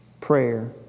prayer